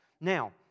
Now